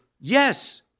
yes